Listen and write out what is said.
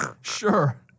Sure